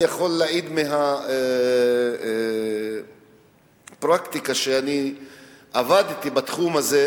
אני יכול להעיד מהפרקטיקה שעבדתי בתחום הזה,